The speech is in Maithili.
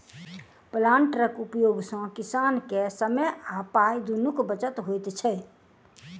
प्लांटरक उपयोग सॅ किसान के समय आ पाइ दुनूक बचत होइत छै